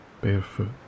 barefoot